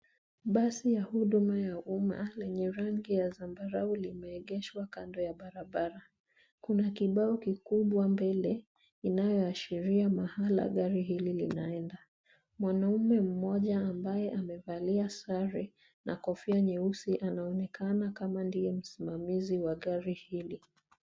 Basi ya huduma ya uma lenye rangi ya zambarau limeegeshwa kando ya barabara. Kuna kibao kikubwa mbele inayoashiria mahala gari hli linaenda. Mwanaume mmoja ambaye amevalia sare na kofia nyeusi anaonekana kama ndiye msimamizi wa gari hili.